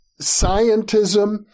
scientism